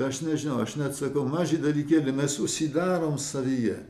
aš nežinau aš neatsakau mažą dalykėliai mes užsidarom savyje